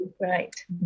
right